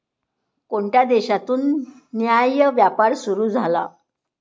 कोणत्या देशातून न्याय्य व्यापार सुरू झाला?